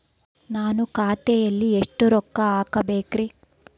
ನಾನು ಖಾತೆಯಲ್ಲಿ ಎಷ್ಟು ರೊಕ್ಕ ಹಾಕಬೇಕ್ರಿ?